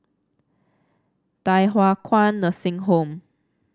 Thye Hua Kwan Nursing Home